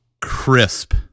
crisp